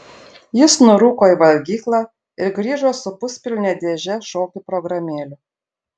jis nurūko į valgyklą ir grįžo su puspilne dėže šokių programėlių